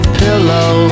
pillow